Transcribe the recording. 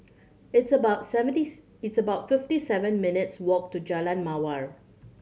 it's about seventy it's about fifty seven minutes' walk to Jalan Mawar